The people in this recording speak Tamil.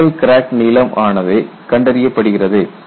கிரிட்டிகல் கிராக் நீளம் ஆனது கண்டறியப்படுகிறது